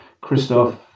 Christoph